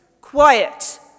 Quiet